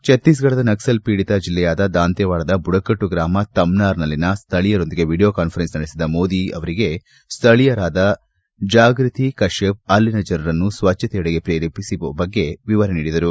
ಛತ್ತೀಸ್ಗಢದ ನಕ್ಸಲ್ ಪೀಡಿತ ಜಿಲ್ಲೆಯಾದ ದಂತೇವಾಡದ ಬುಡಕಟ್ಟು ಗ್ರಾಮ ತುಮ್ನಾರ್ನ ಸ್ವಳೀಯರೊಂದಿಗೆ ವಿಡಿಯೋ ಸಂವಾದ ನಡೆಸಿದ ಮೋದಿ ಅವರಿಗೆ ಸ್ಥಳೀಯರಾದ ಜಾಗೃತಿ ಕಶ್ವಪ್ ಅಲ್ಲಿನ ಜನರನ್ನು ಸ್ವಚ್ವತೆಯೆಡೆ ಪ್ರೇರೇಪಿಸಿದ ಬಗ್ಗೆ ಸ್ವತಃ ವಿವರಿಸಿದರು